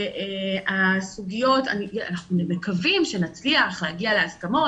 אנחנו מקווים שנצליח להגיע להסכמות